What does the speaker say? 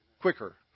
quicker